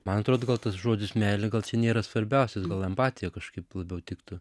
man atrodo gal tas žodis meilė gal čia nėra svarbiausias gal empatija kažkaip labiau tiktų